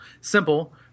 Simple